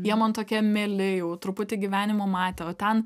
jie man tokie mieli jau truputį gyvenimo matę o ten